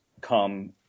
come